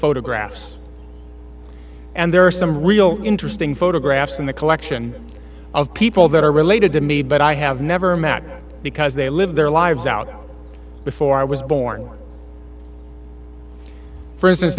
photographs and there are some real interesting photographs in the collection of people that are related to me but i have never met because they lived their lives out before i was born for instance